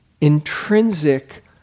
intrinsic